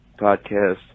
podcast